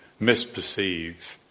misperceive